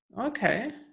okay